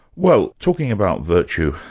well, talking about virtue,